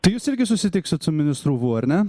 tai jūs irgi susitiksit su ministru vu ar ne